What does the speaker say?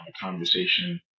conversation